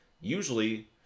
Usually